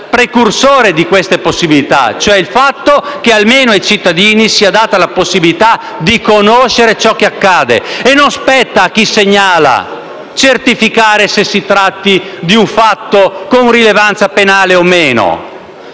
precursore di queste possibilità, cioè sul fatto che ai cittadini sia data la possibilità di conoscere ciò che accade. E non spetta a chi segnala certificare se si tratta di un fatto con rilevanza penale o meno,